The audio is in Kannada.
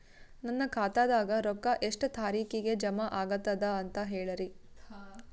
ನನ್ನ ಖಾತಾದಾಗ ರೊಕ್ಕ ಎಷ್ಟ ತಾರೀಖಿಗೆ ಜಮಾ ಆಗತದ ದ ಅಂತ ಹೇಳರಿ?